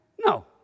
No